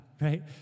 right